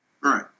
Right